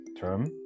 term